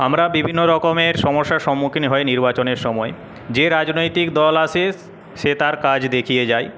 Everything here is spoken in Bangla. আমরা বিভিন্ন রকমের সমস্যার সম্মুখীন হই নির্বাচনের সময় যে রাজনৈতিক দল আসে সে তার কাজ দেখিয়ে যায়